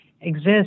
exist